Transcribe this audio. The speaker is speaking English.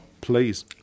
Please